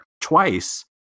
twice